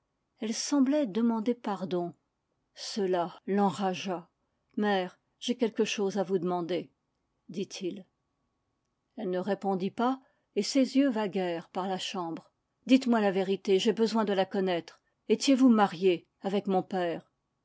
elle semblait demander pardon gela l'enragea mère j'ai quelque chose à vous demander dit-il elle ne répondit pas et ses yeux vaguèrent par la chambre dites-moi la vérité j'ai besoin de la connaître etiez vous mariée avec mon père